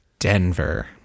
Denver